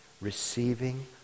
receiving